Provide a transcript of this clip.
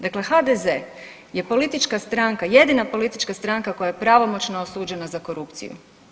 Dakle, HDZ je politička stranka, jedina politička stranka koja je pravomoćno osuđena za korupciju.